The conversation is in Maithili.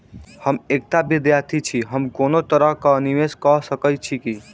हम एकटा विधार्थी छी, हम कोनो तरह कऽ निवेश कऽ सकय छी की?